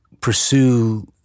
pursue